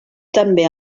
també